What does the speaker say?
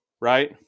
Right